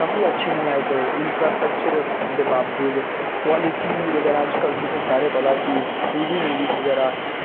काफी अच्छे न लाईक इंफ्रास्टक्चर दे बाबजूद क्वालिटी ठीक बगैरा अज्ज कल तुसें सारें गी पता ऐ कि थ्री डी मूवीस बगैरा